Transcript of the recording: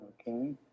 Okay